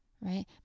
Right